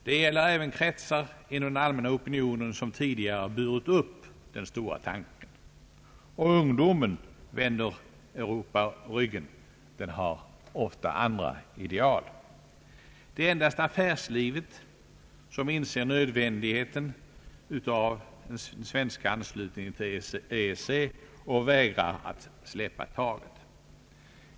Det gäller även kretsar inom den allmänna opinionen, vilka tidigare har burit upp den stora tanken. Ungdomen vänder ofta Europa ryggen och har andra ideal. Endast affärslivet inser nödvändigheten av den svenska anslutningen till EEC och vägrar att släppa taget.